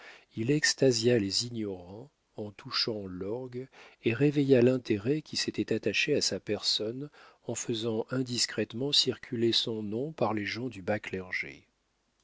il extasia les ignorants en touchant l'orgue et réveilla l'intérêt qui s'était attaché à sa personne en faisant indiscrètement circuler son nom par les gens du bas clergé